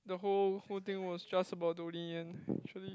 the whole whole thing was just about Donnie Yen actually